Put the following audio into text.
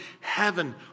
heaven